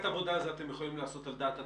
עבודה זה אתם יכולים לעשות על דעת עצמכם?